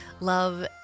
love